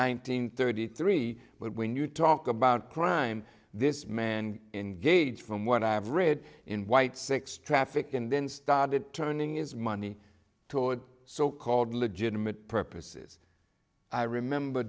hundred thirty three but when you talk about crime this man in gauge from what i have read in white six traffic and then started turning is money toward so called legitimate purposes i remember